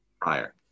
prior